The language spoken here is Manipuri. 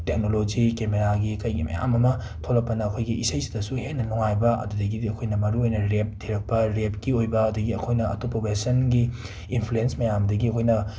ꯇꯦꯛꯅꯣꯂꯣꯖꯤ ꯀꯦꯃꯦꯔꯥꯒꯤ ꯀꯔꯤꯒꯤ ꯃꯌꯥꯝ ꯑꯃ ꯊꯣꯛꯂꯛꯄꯅ ꯑꯩꯈꯣꯏꯒꯤ ꯏꯁꯩꯁꯤꯗꯁꯨ ꯍꯦꯟꯅ ꯅꯨꯡꯉꯥꯏꯕ ꯑꯗꯨꯗꯒꯤꯗꯤ ꯑꯩꯈꯣꯏꯅ ꯃꯔꯨꯑꯣꯏꯅ ꯔꯦꯞ ꯊꯤꯔꯛꯄ ꯔꯦꯞꯀꯤ ꯑꯣꯏꯕ ꯑꯗꯒꯤ ꯑꯩꯈꯣꯏꯅ ꯑꯇꯣꯞꯄ ꯋꯦꯁꯇꯟꯒꯤ ꯏꯝꯐ꯭ꯂꯨꯑꯦꯟꯁ ꯃꯌꯥꯝꯗꯒꯤ ꯑꯈꯣꯏꯅ